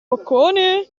boccone